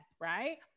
right